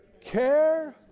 Care